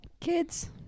kids